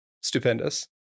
stupendous